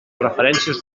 referències